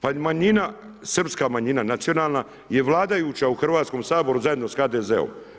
Pa manjina, srpska manjina nacionalna je vladajuća u Hrvatskom saboru zajedno sa HDZ-om.